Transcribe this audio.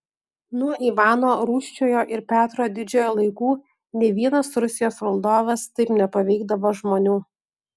nuo ivano rūsčiojo ir petro didžiojo laikų nė vienas rusijos valdovas taip nepaveikdavo žmonių